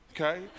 Okay